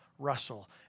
Russell